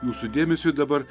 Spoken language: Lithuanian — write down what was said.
jūsų dėmesiui dabar